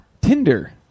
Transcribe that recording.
Tinder